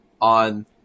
on